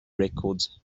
records